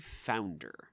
Founder